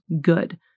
good